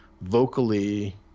vocally